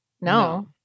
No